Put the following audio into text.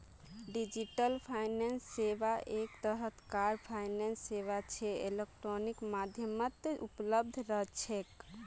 digital finance सेवा एक तरह कार फाइनेंस सेवा छे इलेक्ट्रॉनिक माध्यमत उपलब्ध रह छे